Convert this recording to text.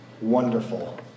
wonderful